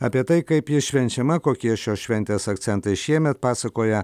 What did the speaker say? apie tai kaip ji švenčiama kokie šios šventės akcentai šiemet pasakoja